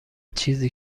چیزی